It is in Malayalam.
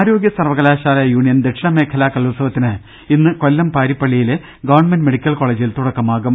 ആരോഗ്യ സർവകലാശാല യൂണിയൻ ദക്ഷിണമേഖലാ കലോത്സവത്തിന് ഇന്ന് കൊല്ലം പാരിപ്പള്ളിയിലെ ഗവൺമെന്റ് മെഡിക്കൽ കോളേജിൽ തുടക്കമാകും